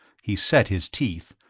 he set his teeth,